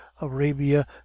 Arabia